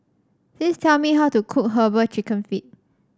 please tell me how to cook herbal chicken feet